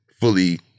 fully